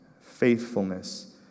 faithfulness